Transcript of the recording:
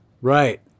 Right